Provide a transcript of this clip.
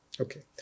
Okay